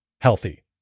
healthy